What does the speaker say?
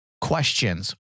questions